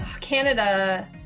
Canada